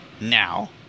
now